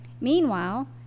Meanwhile